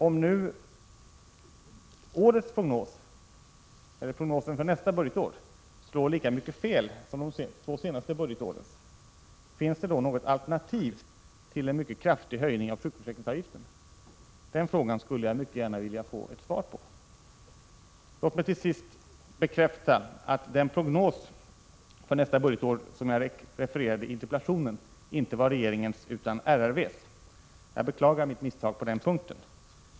Om nu prognosen för nästa budgetår slår lika mycket fel som de två senaste budgetårens, finns det då något alternativ till en mycket — Prot. 1986/87:82 kraftig höjning av sjukförsäkringsavgifterna? Den frågan skulle jag mycket 9 mars 1987 gärna vilja få ett svar på. Låt mig till sist bekräfta att den prognos för nästa budgetår som jag refererade till i interpellationen inte var regeringens utan RRV:s. Jag beklagar mitt misstag på den punkten.